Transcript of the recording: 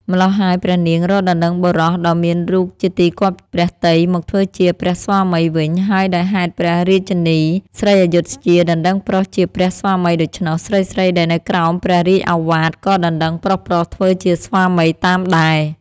ម៉្លោះហើយព្រះនាងរកដណ្តឹងបុរសដ៏មានរូបជាទីគាប់ព្រះទ័យមកធ្វើជាព្រះស្វាមីវិញ ហើយដោយហេតុព្រះរាជិនី ស្រីអយុធ្យាដណ្តឹងប្រុសជាព្រះស្វាមីដូច្នោះ ស្រីៗដែលនៅក្រោមព្រះរាជឱវាទ ក៏ដណ្តឹងប្រុសៗធ្វើជាស្វាមីតាមដែរ។